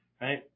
right